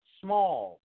small